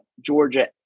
Georgia